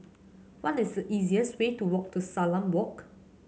what is the easiest way to walk to Salam Walk